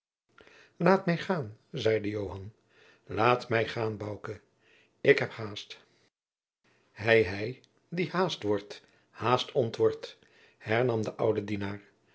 laat mij gaan zeide joan laat mij gaan bouke ik heb haast hei hei die haast wort haast ontwort hernam de oude